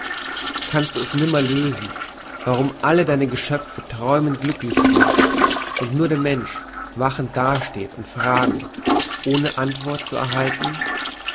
kannst du es nimmer lösen warum alle deine geschöpfe träumend glücklich sind und nur der mensch wachend dasteht und fragend ohne antwort zu erhalten